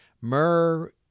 Myrrh